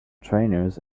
trainers